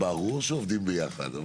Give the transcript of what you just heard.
ברור שעובדים ביחד.